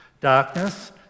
Darkness